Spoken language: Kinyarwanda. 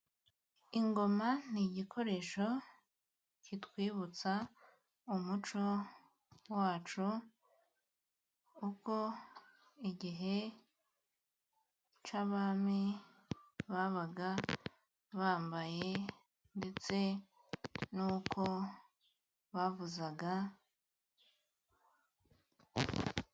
Ingoma ni igikoresho kitwibutsa umuco wacu, ubwo igihe cy'abami babaga bambaye, ndetse n'uko bavuzaga.